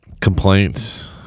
complaints